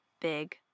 big